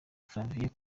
flavia